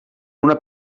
una